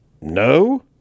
No